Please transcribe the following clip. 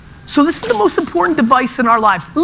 so this is the most important device in our lives.